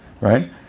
right